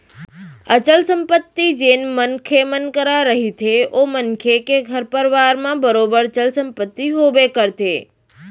अचल संपत्ति जेन मनखे मन करा रहिथे ओ मनखे के घर परवार म बरोबर चल संपत्ति होबे करथे